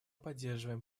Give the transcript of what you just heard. поддерживаем